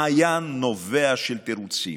מעיין נובע של תירוצים: